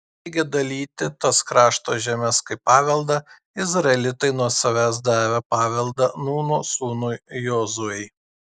baigę dalyti tas krašto žemes kaip paveldą izraelitai nuo savęs davė paveldą nūno sūnui jozuei